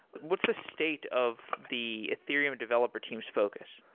what's the state of the ethereum developer team's focus?